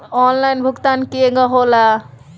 Online भुगतान केगा होला?